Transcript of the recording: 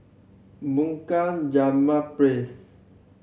Bunga Rampai Place